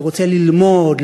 שרוצה ללמוד,